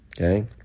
Okay